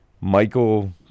Michael